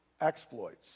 exploits